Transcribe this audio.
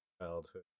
childhood